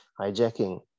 hijacking